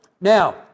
Now